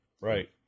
right